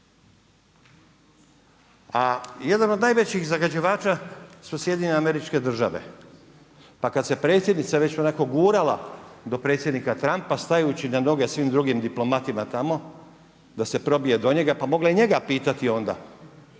A jedna od najvećih zagađivača su SAD, pa kad se predsjednica već onako gurala do predsjednika Trumpa, stajući na noge svim drugim diplomatima tamo, da se probije do njega, pa mogla je njega pitati onda,